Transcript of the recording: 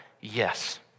yes